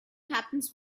happens